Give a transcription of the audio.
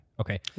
Okay